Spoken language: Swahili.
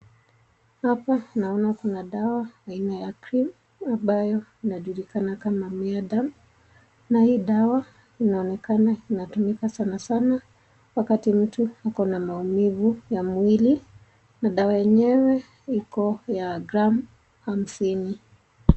Hapa naona kuna dawa aina ya Cream ambayo inajulikana kama Myadem na hii dawa inaonekana inatumika sanasana wakati mtu ako na maumivu ya mwili na dawa yenyewe iko ya gramu hamsini.